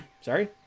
Sorry